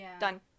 done